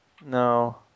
No